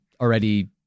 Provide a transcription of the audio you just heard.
already